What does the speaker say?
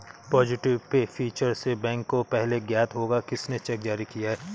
positive pay feature से bank को पहले ज्ञात होगा किसने चेक जारी किया है